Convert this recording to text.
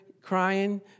crying